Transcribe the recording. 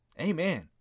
Amen